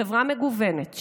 חברה מגוונת,